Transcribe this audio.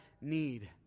need